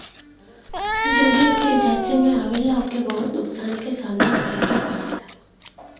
जे भी ऐकरे झांसे में आवला ओके बहुत नुकसान क सामना करे के पड़ेला